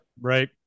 Right